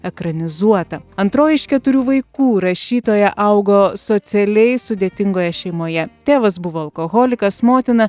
ekranizuota antroji iš keturių vaikų rašytoja augo socialiai sudėtingoje šeimoje tėvas buvo alkoholikas motina